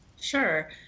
Sure